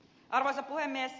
arvoisa puhemies